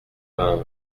vingt